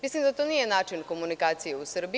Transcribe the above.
Mislim da to nije način komunikacije u Srbiji.